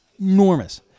enormous